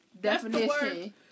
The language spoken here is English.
Definition